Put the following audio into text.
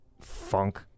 funk